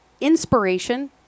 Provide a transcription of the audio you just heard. inspiration